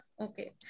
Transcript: okay